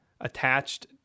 attached